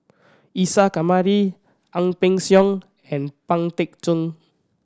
Isa Kamari Ang Peng Siong and Pang Teck Joon